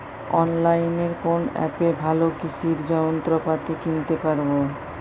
অনলাইনের কোন অ্যাপে ভালো কৃষির যন্ত্রপাতি কিনতে পারবো?